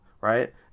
right